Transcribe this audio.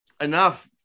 enough